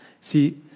See